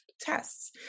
tests